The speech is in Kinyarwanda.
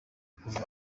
kuva